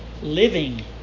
Living